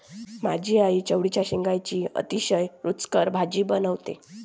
माझी आई चवळीच्या शेंगांची अतिशय रुचकर भाजी बनवते